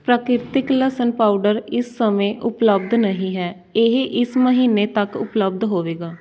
ਪ੍ਰਾਕ੍ਰਿਤਿਕ ਲਸਣ ਪਾਊਡਰ ਇਸ ਸਮੇਂ ਉਪਲੱਬਧ ਨਹੀਂ ਹੈ ਇਹ ਇਸ ਮਹੀਨੇ ਤੱਕ ਉਪਲੱਬਧ ਹੋਵੇਗਾ